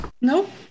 Nope